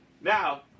Now